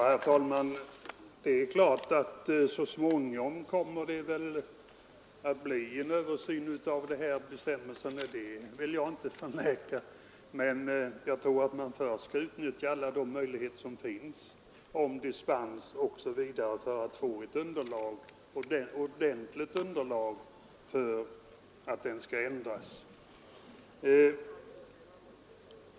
Herr talman! Så småningom kommer det väl att göras en översyn av de här bestämmelserna — det vill jag inte förneka — men jag tror att man först skall utnyttja alla de möjligheter som finns till dispens osv. för att få ett ordentligt underlag för en ändring av lagen.